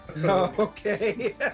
Okay